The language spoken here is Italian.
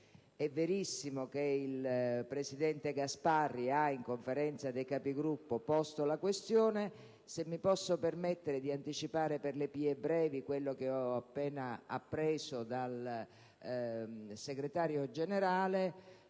È verissimo che il presidente Gasparri, in sede di Conferenza dei Capigruppo, ha posto la questione. Se mi posso permettere di anticipare per le vie brevi quanto ho appena appreso dal Segretario generale,